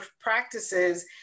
practices